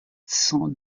cent